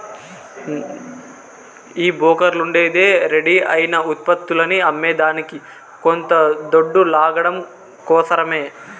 ఈ బోకర్లుండేదే రెడీ అయిన ఉత్పత్తులని అమ్మేదానికి కొంత దొడ్డు లాగడం కోసరమే